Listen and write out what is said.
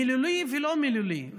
מילולי ולא מילולי.